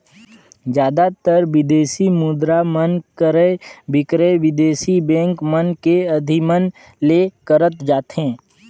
जादातर बिदेसी मुद्रा मन क्रय बिक्रय बिदेसी बेंक मन के अधिमन ले करत जाथे